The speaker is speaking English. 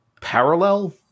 parallel